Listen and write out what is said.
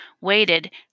waited